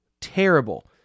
terrible